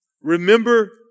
Remember